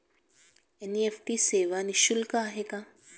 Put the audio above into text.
NEFT सेवा निःशुल्क आहे का?